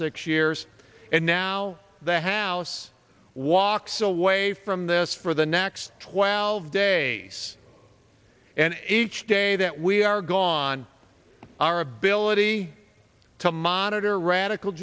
six years and now the house walks away from this for the next twelve days and each day that we are gone our ability to monitor radical